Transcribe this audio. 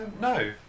No